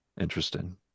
Interesting